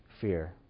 fear